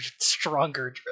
stronger